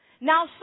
now